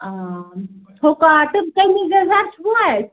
اۭں ہُہ کاٹَن کٔمیٖز یَزار چھُوا اَتہِ